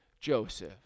Joseph